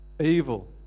Evil